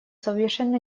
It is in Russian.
совершенно